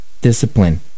discipline